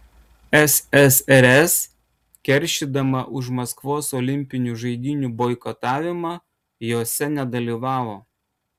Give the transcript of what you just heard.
ssrs keršydama už maskvos olimpinių žaidynių boikotavimą jose nedalyvavo